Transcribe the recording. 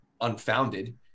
unfounded